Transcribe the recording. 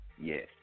Yes